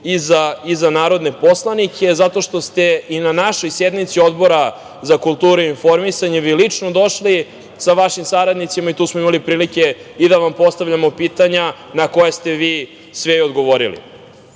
i za narodne poslanike zato što ste i na našoj sednici Odbora za kulturu i informisanje vi lično došli sa vašim saradnicima i tu smo imali prilike i da vam postavljamo pitanja na koja ste vi odgovorili. Donošenje